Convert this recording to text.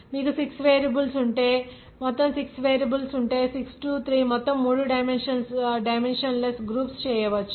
మీకు 6 వేరియబుల్స్ ఉంటే మొత్తం 6 వేరియబుల్స్ ఉంటే మొత్తం 6 3 మొత్తం మూడు డైమెన్షన్ లెస్ గ్రూపు లను చేయవచ్చు